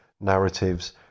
Narratives